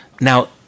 Now